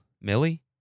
Millie